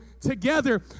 together